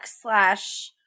slash